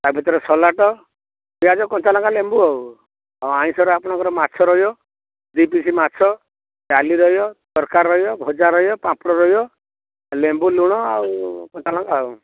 ତା'ଭିତରେ ସଲାଟ ପିଆଜ କଞ୍ଚାଲଙ୍କା ଲେମ୍ବୁ ଆଉ ଓ ଆଇଁଷର ଆପଣଙ୍କର ମାଛ ରହିବ ଦୁଇ ପିସ୍ ମାଛ ଡାଲି ରହିବ ତରକାରୀ ରହିବ ଭଜା ରହିବ ପାମ୍ପଡ଼ ରହିବ ଲେମ୍ବୁ ଲୁଣ ଆଉ କଞ୍ଚାଲଙ୍କା ଆଉ